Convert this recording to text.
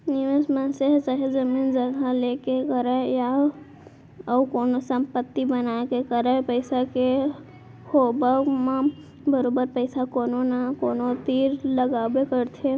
निवेस मनसे ह चाहे जमीन जघा लेके करय या अउ कोनो संपत्ति बना के करय पइसा के होवब म बरोबर पइसा कोनो न कोनो तीर लगाबे करथे